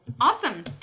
Awesome